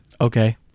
Okay